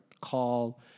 call